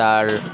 তার